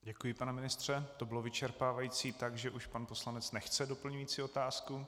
Děkuji, pane ministře, to bylo vyčerpávající tak, že už pan poslanec nechce doplňující otázku.